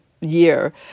year